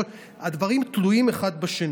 הדברים תלויים זה בזה.